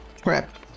crap